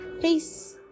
Peace